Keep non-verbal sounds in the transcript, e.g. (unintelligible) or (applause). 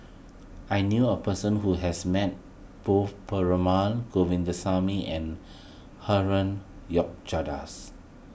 I knew a person who has met both Perumal Govindaswamy and (noise) Herman (unintelligible)